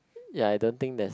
ya I don't think there's